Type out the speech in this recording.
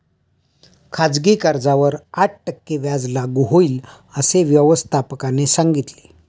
खाजगी कर्जावर आठ टक्के व्याज लागू होईल, असे व्यवस्थापकाने सांगितले